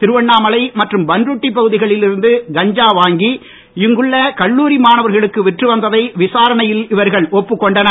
திருவண்ணாமலை மற்றும் பண்ருட்டி பகுதிகளில் இருந்து கஞ்சா வாங்கி இங்குள்ள கல்லூரி மாணவர்களுக்கு விற்று வந்ததை விசாரணையில் இவர்கள் ஒப்புக்கொண்டனர்